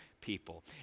people